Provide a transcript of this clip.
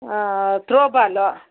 throw ball